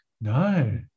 No